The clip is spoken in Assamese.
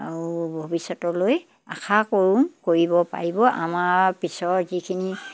আৰু ভৱিষ্যতলৈ আশা কৰোঁ কৰিব পাৰিব আমাৰ পিছৰ যিখিনি